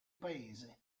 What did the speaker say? paese